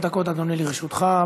חמש דקות, אדוני, לרשותך.